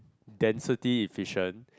density efficient